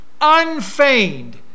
unfeigned